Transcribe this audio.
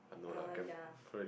err ya